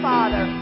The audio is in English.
Father